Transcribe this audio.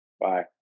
Bye